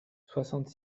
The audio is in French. soixante